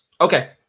okay